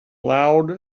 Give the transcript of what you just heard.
loud